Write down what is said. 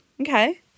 Okay